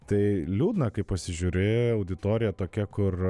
tai liūdna kai pasižiūrėjau auditorija tokia kur